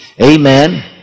Amen